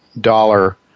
dollar